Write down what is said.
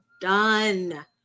done